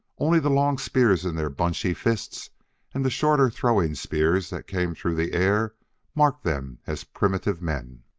only the long spears in their bunchy fists and the shorter throwing spears that came through the air marked them as primitive men.